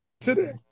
today